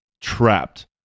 Trapped